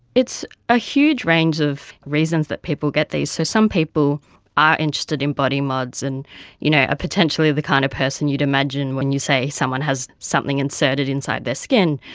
it's a huge range of reasons that people get these. so some people are interested in body mods, and you know potentially the kind of person you'd imagine when you say someone has something inserted inside their skin,